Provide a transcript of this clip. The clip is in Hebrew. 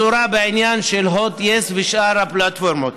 בשורה בעניין של הוט, יס ושאר הפלטפורמות.